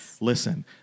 listen